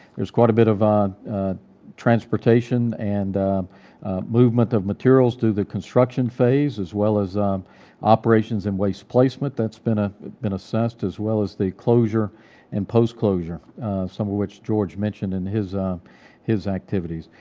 there's quite a bit of um transportation, and movement of materials through the construction phase as well as operations in waste placement that's been ah been assessed as well as the closure and post closure some of which george mentioned in his um his activities.